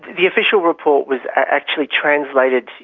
the official report was actually translated,